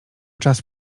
czas